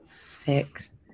six